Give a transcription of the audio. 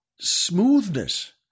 smoothness